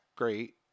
Great